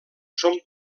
són